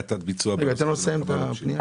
תת ביצוע --- תן לו לסיים את הפנייה.